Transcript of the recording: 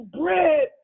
bread